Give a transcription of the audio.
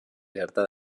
gerta